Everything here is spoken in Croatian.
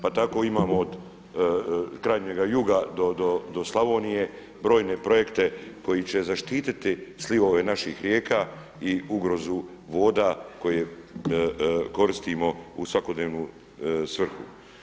Pa tako imamo od krajnjega juga do Slavonije brojne projekte koji će zaštititi slivove naših rijeka i ugrozu voda koje koristimo u svakodnevnu svrhu.